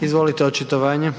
**Jandroković,